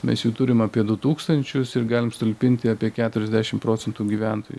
mes jų turim apie du tūkstančius ir galim sutalpinti apie keturiasdešim procentų gyventojų